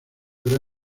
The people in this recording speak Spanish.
gran